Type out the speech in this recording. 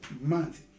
month